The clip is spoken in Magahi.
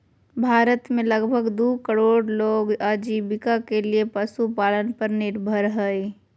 भारत में लगभग दू करोड़ लोग आजीविका के लिये पशुपालन पर निर्भर हइ